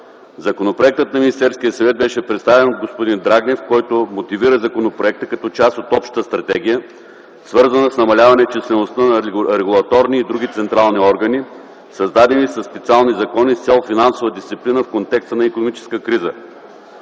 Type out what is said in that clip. Законопроектът на Министерския съвет беше представен от господин Драгнев, който мотивира законопроекта като част от общата стратегия, свързана с намаляване числеността на регулаторни и други централни органи, създадени със специални закони с цел финансова дисциплина в контекста на икономическа криза.